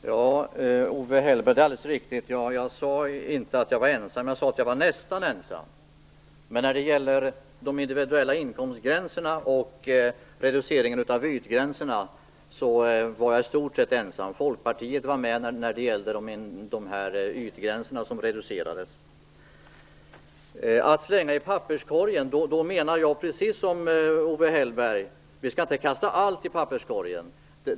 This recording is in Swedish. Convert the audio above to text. Herr talman! Det är alldeles riktigt, Owe Hellberg. Jag sade inte att jag var ensam. Jag sade att jag nästan var ensam. När det gäller de individuella inkomstgränserna och reduceringen av ytgränserna var jag i stort sett ensam. Folkpartiet var med när det gällde ytgränserna som reducerades. När jag talar om att slänga i papperskorgen menar jag inte att vi skall kasta allt i papperskorgen. Det gör inte heller Owe Hellberg.